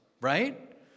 right